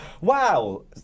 wow